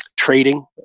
trading